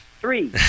three